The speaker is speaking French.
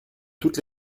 toutes